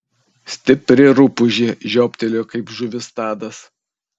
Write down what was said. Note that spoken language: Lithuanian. stipri rupūžė žiobtelėjo kaip žuvis tadas